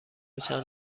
چند